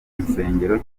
nsengero